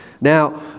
Now